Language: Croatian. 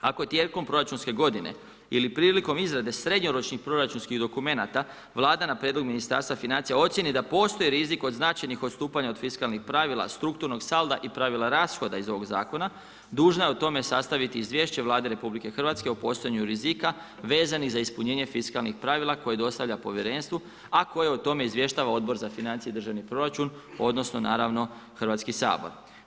Ako tijekom proračunske godine ili prilikom izrade srednjoročnih proračunskim dokumenata, Vlada na prijedlog Ministarstva financija ocijeni da postoji rizik od značajnih odstupanja od fiskalnih pravila strukturnog salda i pravila rashoda iz ovog zakona, dužna je o tome sastaviti izvješće Vladi RH o postojanju rizika vezanih za ispunjenje fiskalnih pravila koje dostavlja povjerenstvu a koje o tome izvještava Odbor za financije i državni proračun odnosno naravno, Hrvatski sabor.